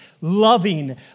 loving